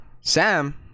Sam